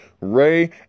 Ray